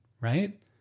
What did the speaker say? right